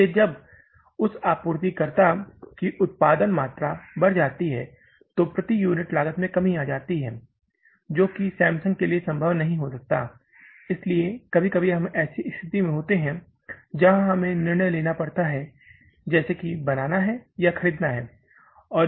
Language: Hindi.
इसलिए जब उस आपूर्तिकर्ता की उत्पादन मात्रा बढ़ जाती है तो प्रति यूनिट लागत में कमी आती है जो कि सैमसंग के लिए संभव नहीं हो सकता है इसलिए कभी कभी हम ऐसी स्थिति में होते हैं जहाँ हमें निर्णय लेना पड़ता है जैसे कि बनाना है या खरीदना है